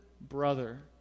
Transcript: brother